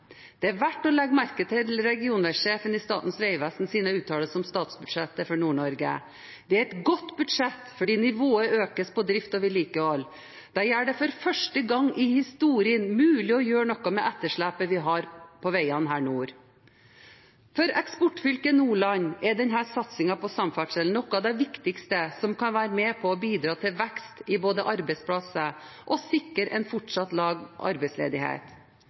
Det er verdt å legge merke til uttalelsene til regionveisjefen i Statens vegvesen om statsbudsjettet for Nord-Norge: «Det er et godt budsjett fordi nivået økes på drift og vedlikehold. Det gjør det for første gang i historien mulig å gjøre noe med etterslepet vi har på veier i nord.» For eksportfylket Nordland er denne satsningen på samferdsel noe av det viktigste som kan være med på å bidra til både vekst i arbeidsplasser og sikre en fortsatt lav arbeidsledighet.